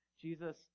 Jesus